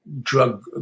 drug